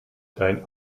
dein